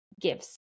gives